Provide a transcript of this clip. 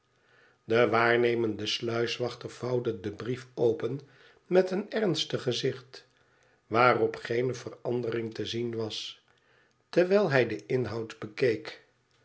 de waarnemende sluiswachter vouwde den brief open met een ernstig gezicht waarop geene verandering te zien was terwijl hij den inhoud bekeek